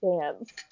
dance